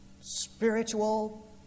spiritual